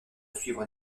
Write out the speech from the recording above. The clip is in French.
suivre